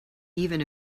even